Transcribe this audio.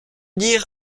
dire